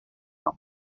una